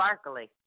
sparkly